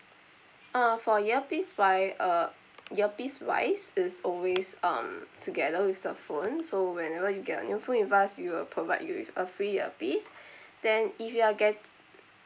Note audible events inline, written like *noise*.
uh for earpiece wi~ uh earpiece wise it's always um together with the phone so whenever you get a new phone with us we will provide you with a free earpiece *breath* then if you are get